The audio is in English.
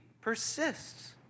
persists